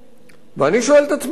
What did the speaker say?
ואני שואל את עצמי מדוע,